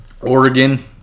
Oregon